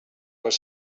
were